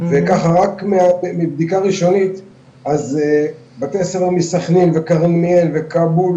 וככה רק מבדיקה ראשונית אז בתי ספר מסכנין וכרמיאל וכאבול